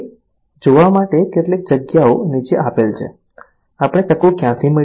જોવા માટે કેટલીક જગ્યાઓ નીચે આપેલ છે આપણે તકો ક્યાંથી મેળવી શકીએ